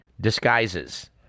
disguises